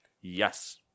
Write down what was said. yes